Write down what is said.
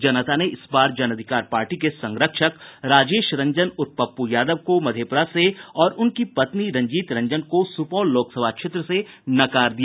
जनता ने इस बार जन अधिकार पार्टी के संरक्षक राजेश रंजन उर्फ पप्पू यादव को मधेपुरा से और उनकी पत्नी रंजीत रंजन को सुपौल लोकसभा क्षेत्र से नकार दिया